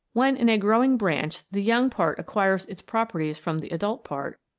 when in a growing branch the young part acquires its properties from the adult part,